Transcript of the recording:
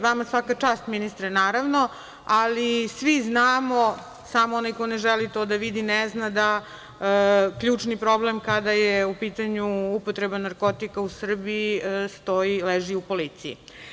Vama svaka čast ministre, naravno, ali svi znamo, samo onaj ko ne želi to da vidi ne zna, da ključni problem kada je u pitanju upotreba narkotika u Srbiji stoji, leži u policiji.